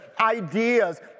ideas